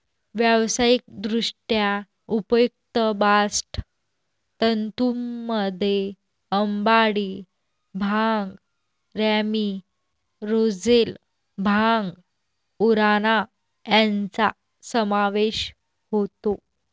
व्यावसायिकदृष्ट्या उपयुक्त बास्ट तंतूंमध्ये अंबाडी, भांग, रॅमी, रोझेल, भांग, उराणा यांचा समावेश होतो